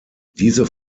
diese